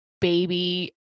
baby